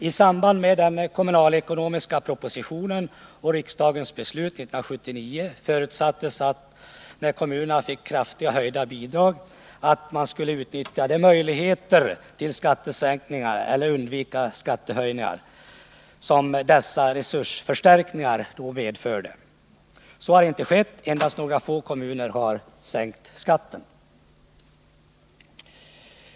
I samband med den kommunalekonomiska propositionen och riksdagens beslut 1979 förutsattes att man, när kommunerna fick en kraftig höjning av de statliga bidragen, skulle utnyttja de möjligheter till skattesänkningar eller tillundvikande av skattehöjningar som dessa resursförstärkningar medförde. Så har inte skett. Endast några få kommuner har sänkt skatten.